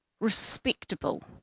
Respectable